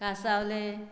कासावले